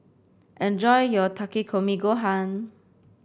enjoy your Takikomi Gohan